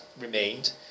remained